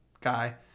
guy